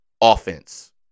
offense